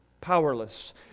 powerless